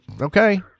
okay